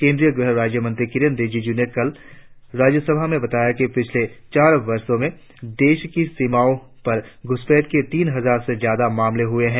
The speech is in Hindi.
केंद्रीय गृह राज्य मंत्री किरेन रिजिजू ने कल राज्यसभा में बताया कि पिछले चार वर्षों में देश की सीमाओं पर घुसपैठ के तीन हजार से ज्यादा मामले हुए हैं